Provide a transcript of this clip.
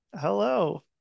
Hello